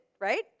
right